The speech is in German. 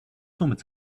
somit